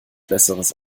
besseres